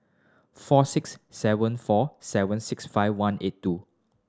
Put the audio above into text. four six seven four seven six five one eight two